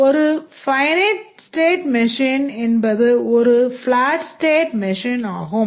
ஒரு finite state machine என்பது ஒரு flat state machine ஆகும்